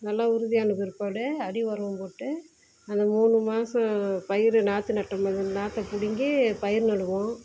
நல்லா உறுதியான பிற்பாடு அடி உரம் போட்டு அந்த மூணு மாதம் பயிர் நாற்று நட்டோம் இல்லை நாற்ற பிடுங்கி பயிர் நடுவோம்